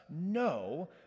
No